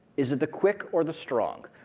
is the quick or the strong?